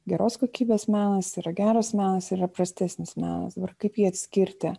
geros kokybės menas yra geras menas yra prastesnis menas kaip jį atskirti